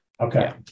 Okay